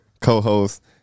co-host